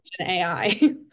AI